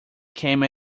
came